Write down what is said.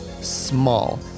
small